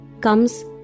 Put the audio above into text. comes